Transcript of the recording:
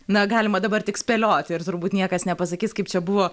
na galima dabar tik spėlioti ir turbūt niekas nepasakys kaip čia buvo